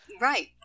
Right